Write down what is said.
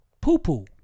poo-poo